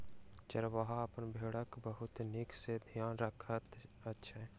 चरवाहा अपन भेड़क बहुत नीक सॅ ध्यान रखैत अछि